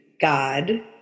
God